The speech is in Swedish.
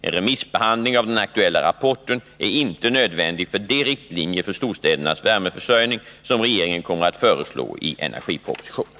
En remissbehandling av den aktuella rapporten är inte nödvändig för de riktlinjer för storstädernas värmeförsörjning som regeringen kommer att föreslå i energipropositionen.